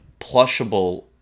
plushable